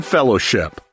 Fellowship